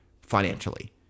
Financially